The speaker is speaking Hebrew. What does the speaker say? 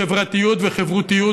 חברתיות וחברותיות,